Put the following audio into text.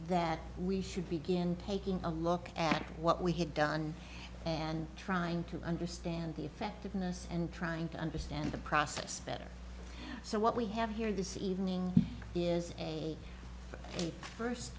that we should begin taking a look at what we had done and trying to understand the effectiveness and trying to understand the process better so what we have here this evening is a first